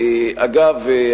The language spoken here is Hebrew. אגב,